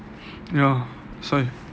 ya that's why